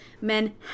Men